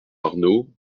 arnaud